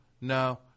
no